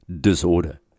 Disorder